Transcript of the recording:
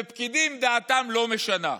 ופקידים, דעתם לא משנה.